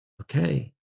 Okay